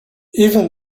even